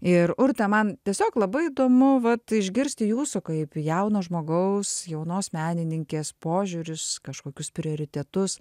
ir urte man tiesiog labai įdomu vat išgirsti jūsų kaip jauno žmogaus jaunos menininkės požiūrius kažkokius prioritetus